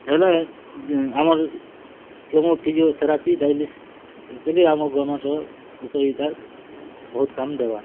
ହେଲେ ଆମର୍ chemo physiotherapy dialysis actually ଆମର୍ ଗଭ୍ମେଣ୍ଟ୍ର ଉଷୋ ଇ'ଟା ବହୁତ୍ କାମ୍ ଦେବା